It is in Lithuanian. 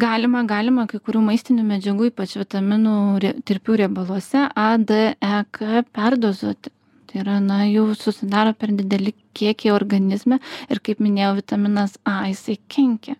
galima galima kai kurių maistinių medžiagų ypač vitaminų rie tirpių riebaluose a d e k perdozuoti tai yra na jau susidaro per dideli kiekiai organizme ir kaip minėjau vitaminas a jisai kenkia